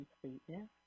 completeness